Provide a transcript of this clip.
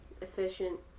efficient